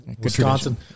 wisconsin